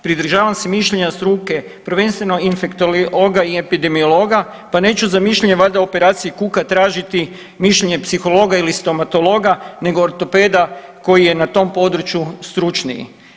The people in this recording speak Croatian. Pridržavam se mišljenja struke, prvenstveno infektologa i epidemiologa pa neću za mišljenje valjda o operaciji kuka tražiti mišljenje psihologa ili stomatologa nego ortopeda koji je na tom području stručniji.